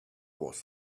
was